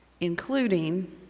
including